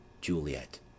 Juliet